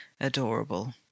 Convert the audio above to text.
adorable